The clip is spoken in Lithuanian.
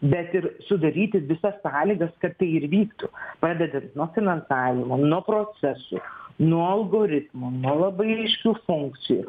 bet ir sudaryti visas sąlygas kad tai ir vyktų pradedant nuo finansavimo nuo procesų nuo algoritmų nuo labai aiškių funkcijų